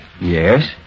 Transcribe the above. Yes